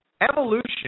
Evolution